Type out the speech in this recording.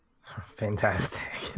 Fantastic